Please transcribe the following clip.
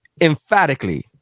emphatically